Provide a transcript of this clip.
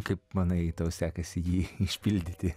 kaip manai tau sekasi jį išpildyti